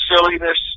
silliness